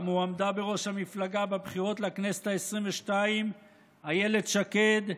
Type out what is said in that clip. גם הועמדה בראש המפלגה בבחירות לכנסת העשרים-ושתיים אילת שקד,